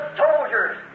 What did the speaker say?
soldiers